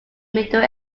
middle